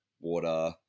water